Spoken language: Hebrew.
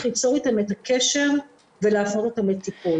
ליצור איתם את הקשר ולהעביר אותם לטיפול.